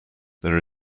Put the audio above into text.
there